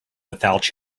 without